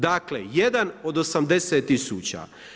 Dakle jedan od 80 tisuća.